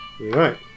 Right